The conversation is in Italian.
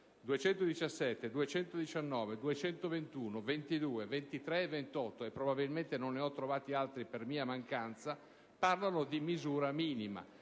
217, 219, 221, 222, 223 e 228 - e probabilmente non ne ho trovati altri per mia mancanza - parlano di misura minima.